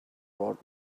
brought